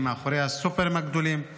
מאחורי הסופרים הגדולים.